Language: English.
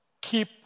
keep